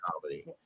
comedy